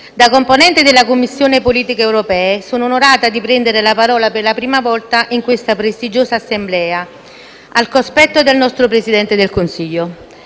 da componente della Commissione politiche dell'Unione europea sono onorata di prendere la parola per la prima volta in questa prestigiosa Assemblea, al cospetto del nostro Presidente del Consiglio.